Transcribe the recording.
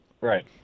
Right